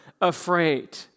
afraid